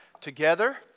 together